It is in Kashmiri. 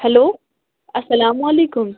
ہیٚلو اَسلامُ علیکُم